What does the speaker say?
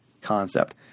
concept